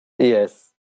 Yes